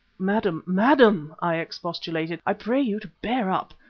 madam, madam, i expostulated, i pray you to bear up.